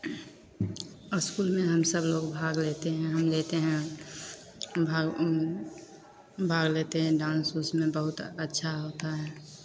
इसकुलमे हम सभ लोग भाग लेते हैं हम लेते हैं भाग भाग लेते हैं डांस उंसमे बहुत अच्छा होता है